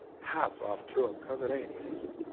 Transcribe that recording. hats off to them. because it ain't easy.